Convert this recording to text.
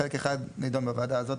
חלק אחד נדון בוועדה הזאת,